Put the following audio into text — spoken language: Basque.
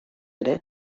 ere